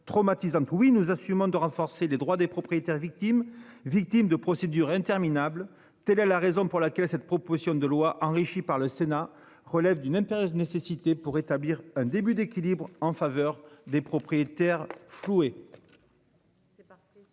oui nous assumons de renforcer les droits des propriétaires victimes, victimes de procédures interminables. Telle est la raison pour laquelle cette proposition de loi enrichi par le Sénat relève d'une impérieuse nécessité pour établir un début d'équilibre en faveur des propriétaires floués.